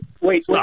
wait